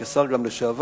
גם כשר לשעבר,